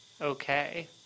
okay